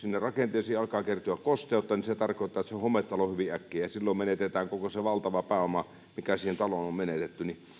kosteutta niin se tarkoittaa että se on hometalo hyvin äkkiä silloin menetetään koko se valtava pääoma mikä siihen taloon on sijoitettu